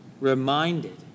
reminded